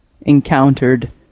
encountered